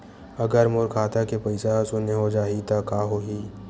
अगर मोर खाता के पईसा ह शून्य हो जाही त का होही?